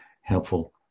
helpful